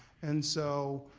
and so